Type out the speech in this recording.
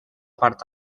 part